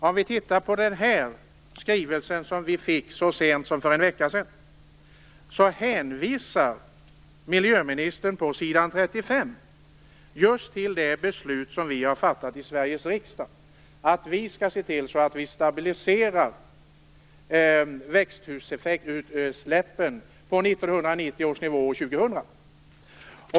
Om vi tittar på den skrivelse som vi fick så sent som för en vecka sedan hänvisar miljöministern på s. 35 just till det beslut som vi har fattat i Sveriges riksdag att vi skall se till att vi stabiliserar utsläppen på 1990 års nivå år 2000.